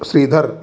श्रीधरः